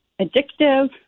addictive